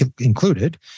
included